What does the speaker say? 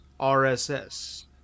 RSS